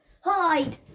Hide